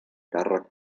càrrec